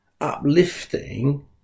uplifting